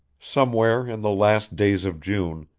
somewhere in the last days of june,